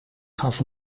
gaf